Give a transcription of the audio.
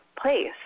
place